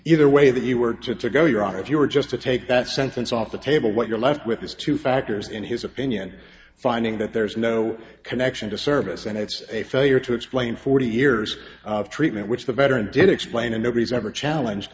either way that you were to to go you're out if you were just to take that sentence off the table what you're left with is two factors in his opinion finding that there's no connection to service and it's a failure to explain forty years of treatment which the veteran didn't explain and nobody's ever challenge